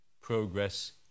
progress